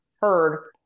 heard